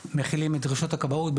ומכילים במידת הצורך את דרישות הכבאות.